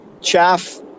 chaff